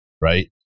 right